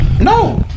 No